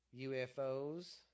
UFOs